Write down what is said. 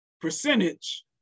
percentage